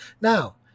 Now